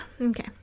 Okay